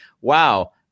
wow